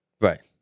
Right